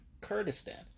Kurdistan